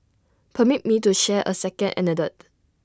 permit me to share A second anecdote